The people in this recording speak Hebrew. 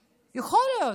המשפטי, יכול להיות,